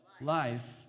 life